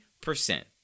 percent